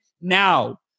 now